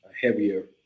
heavier